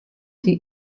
die